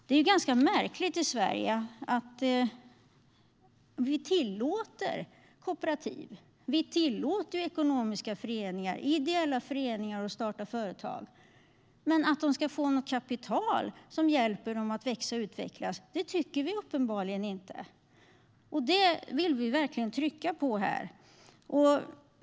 Det är ganska märkligt att vi tillåter kooperativ i Sverige. Vi tillåter att ekonomiska föreningar och ideella föreningar startar företag. Men vi tycker uppenbarligen inte att de ska få kapital som hjälper dem att växa och utvecklas. Det vill vi verkligen trycka på.